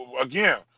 again